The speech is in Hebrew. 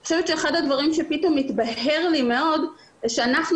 אני חושבת שאחד הדברים שפתאום התבהר לי מאוד זה שאנחנו